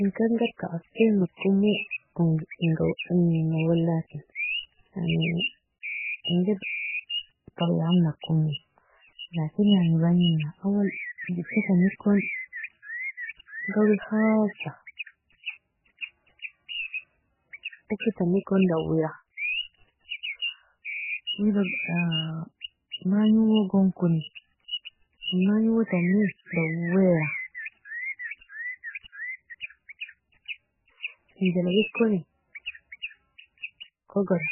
Inkangarka asi nakumo ing 'walakin, yani ingeri tabialinakomo lakin yani bajniena awal jitetanikon gawi khalsa, ukitanikon dawira wida manj owogonkoni inmanj owotani dawara, inijaloikoni kogora,